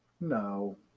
No